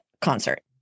concert